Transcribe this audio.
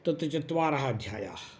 तत् चत्वारः अध्यायाः